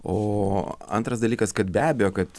o antras dalykas kad be abejo kad